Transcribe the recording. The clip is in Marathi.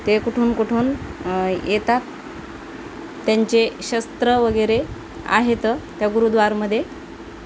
ते कुठून कुठून येतात त्यांचे शस्त्रवगैरे आहेत त्या गुरुद्वारामध्ये